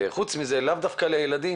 וחוץ מזה למה דווקא לילדים?